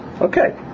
okay